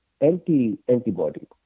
anti-antibody